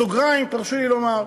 בסוגריים תרשו לי לומר,